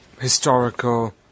historical